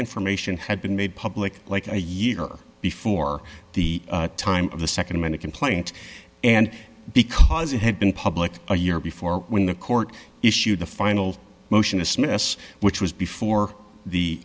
information had been made public like a year before the time of the nd man a complaint and because it had been public a year before when the court issued the final motion isthmus which was before the